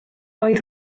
oedd